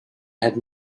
had